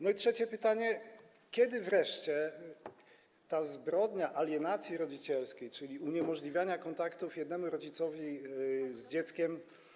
No i trzecie pytanie: Kiedy wreszcie ta zbrodnia alienacji rodzicielskiej, czyli uniemożliwiania kontaktów jednemu rodzicowi z dzieckiem.